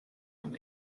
only